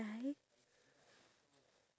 we did